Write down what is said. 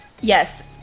Yes